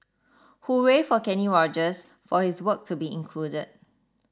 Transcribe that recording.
hooray for Kenny Rogers for his work to be included